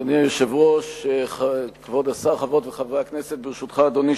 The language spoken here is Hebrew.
חבר הכנסת אריאל?